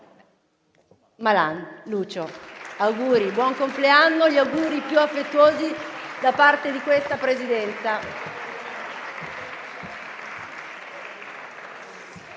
buon compleanno, gli auguri più affettuosi da parte di questa Presidenza.